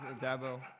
Dabo